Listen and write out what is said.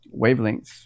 wavelengths